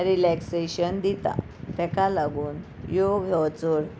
relaxation दिता ताका लागून योग हो चड